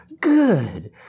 good